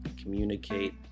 communicate